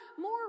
more